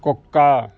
కుక్క